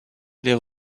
les